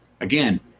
Again